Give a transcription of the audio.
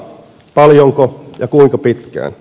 paljonko ja kuinka pitkään